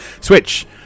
switch